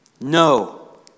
No